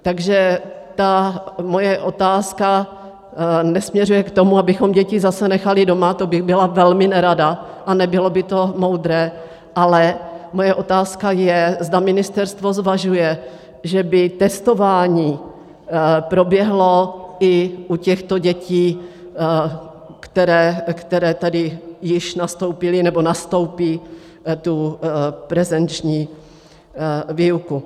Takže ta moje otázka nesměřuje k tomu, abychom děti zase nechali doma, to bych byla velmi nerada a nebylo by to moudré, ale moje otázka je, zda ministerstvo zvažuje, že by testování proběhlo i u těchto dětí, které tady již nastoupily nebo nastoupí tu prezenční výuku.